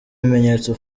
bimenyetso